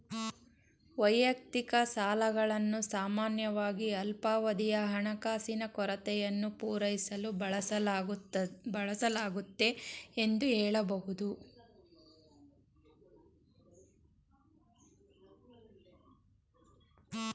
ವೈಯಕ್ತಿಕ ಸಾಲಗಳನ್ನು ಸಾಮಾನ್ಯವಾಗಿ ಅಲ್ಪಾವಧಿಯ ಹಣಕಾಸಿನ ಕೊರತೆಯನ್ನು ಪೂರೈಸಲು ಬಳಸಲಾಗುತ್ತೆ ಎಂದು ಹೇಳಬಹುದು